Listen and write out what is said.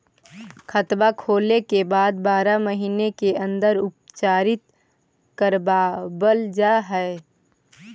खाता खोले के बाद बारह महिने के अंदर उपचारित करवावल जा है?